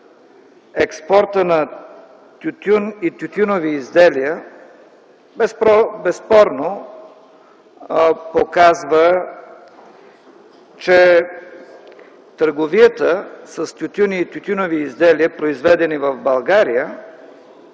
експорта на тютюн и тютюневи изделия безспорно показва, че търговията с тютюн и тютюневи изделия, произведени в България,